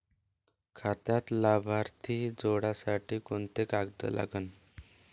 खात्यात लाभार्थी जोडासाठी कोंते कागद लागन?